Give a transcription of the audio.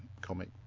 comic